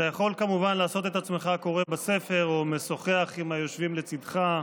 אתה יכול כמובן לעשות את עצמך קורא בספר או משוחח עם היושבים לצידך,